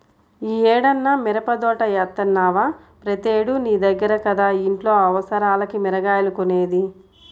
యీ ఏడన్నా మిరపదోట యేత్తన్నవా, ప్రతేడూ నీ దగ్గర కదా ఇంట్లో అవసరాలకి మిరగాయలు కొనేది